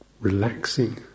relaxing